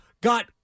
got